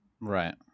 Right